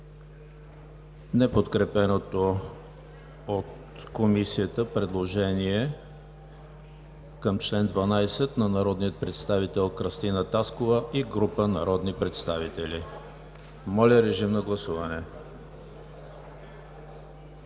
неподкрепеното от Комисията предложение към чл. 12 от народния представител Кръстина Таскова и група народни представители. Гласували